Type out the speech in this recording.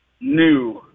New